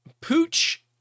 pooch